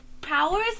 powers